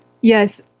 Yes